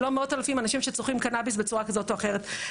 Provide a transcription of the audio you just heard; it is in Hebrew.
אם לא מאות אלפים אנשים שצורכים קנביס בצורה כזאת או אחרת.